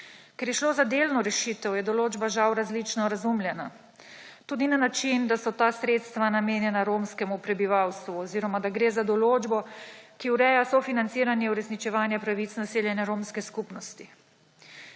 Ker je šlo za delno rešitev, je določba žal različno razumljena, tudi na način, da so ta sredstva namenjena romskemu prebivalstvu oziroma da gre za določbo, ki ureja sofinanciranje uresničevanja pravic naseljene romske skupnosti.